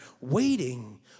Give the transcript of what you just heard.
waiting